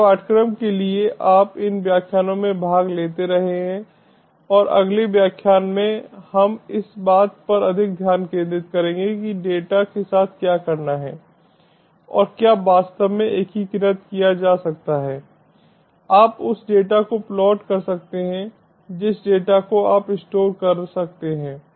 जिस पाठ्यक्रम के लिए आप इन व्याख्यानों में भाग लेते रहे हैं और अगले व्याख्यान में हम इस बात पर अधिक ध्यान केंद्रित करेंगे कि डेटा के साथ क्या करना है और क्या वास्तव में एकीकृत किया जा सकता है आप उस डेटा को प्लॉट कर सकते हैं जिस डेटा को आप स्टोर कर सकते हैं